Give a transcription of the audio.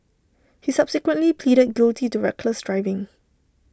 he subsequently pleaded guilty to reckless driving